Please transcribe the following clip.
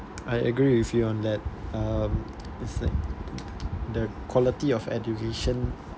I agree with you on that um it's like the quality of education